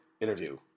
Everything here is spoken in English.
interview